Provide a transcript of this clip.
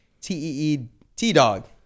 T-E-E-T-Dog